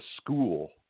school